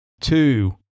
two